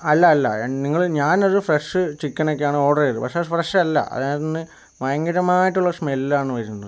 അല്ല അല്ല നിങ്ങള് ഞാനൊരു ഫ്രഷ് ചിക്കനക്കെയാണ് ഓർഡറ് ചെയ്തത് പക്ഷെ ഫ്രഷ് അല്ല അതിനകത്ത് നിന്ന് ഭയങ്കരമായിട്ടുള്ള സ്മെല്ലാണ് വരുന്നത്